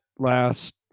last